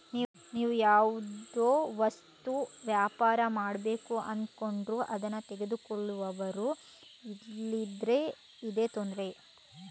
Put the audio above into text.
ನೀವು ಯಾವುದೋ ವಸ್ತು ವ್ಯಾಪಾರ ಮಾಡ್ಬೇಕು ಅಂದ್ಕೊಂಡ್ರು ಅದ್ನ ತಗೊಳ್ಳುವವರು ಇಲ್ದಿದ್ರೆ ಇದೇ ತೊಂದ್ರೆ